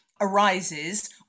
arises